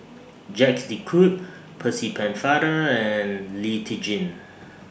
Jacques De Coutre Percy Pennefather and Lee Tjin